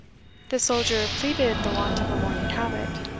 the soldier pleaded the want of a mourning habit.